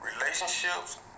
Relationships